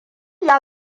ya